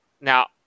Now